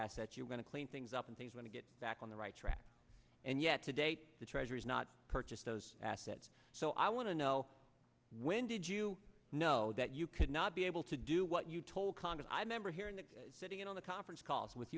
asset you're going to clean things up and things when to get back on the right track and yet to date the treasury's not purchased those assets so i want to know when did you know that you could not be able to do what you told congress i remember hearing that sitting in on the conference calls with